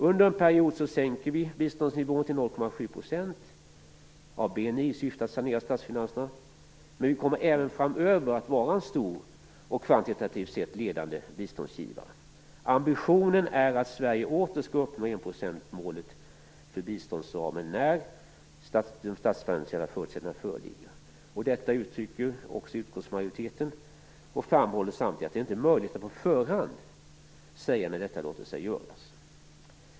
Under en period sänker vi biståndsnivån till 0,7 % av BNI i syfte att sanera statsfinanserna, men vi kommer även framöver att vara en stor och kvantitativt sett ledande biståndsgivare. Ambitionen är att Sverige åter skall uppnå enprocentsmålet för biståndsramen när de statsfinansiella förutsättningarna föreligger. Detta uttrycker också utskottsmajoriteten. Samtidigt framhålls det att det inte är möjligt att på förhand säga när detta låter sig göras.